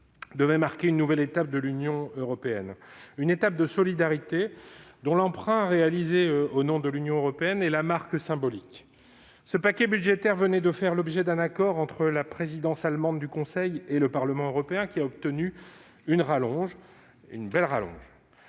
devait marquer une nouvelle étape pour l'Union européenne, une étape de solidarité, dont l'emprunt réalisé au nom de l'Union européenne est la marque symbolique. Ce paquet budgétaire venait de faire l'objet d'un accord entre la présidence allemande du Conseil européen et le Parlement européen, qui a obtenu une rallonge,